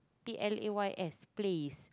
P L A Y S plays